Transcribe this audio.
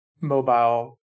mobile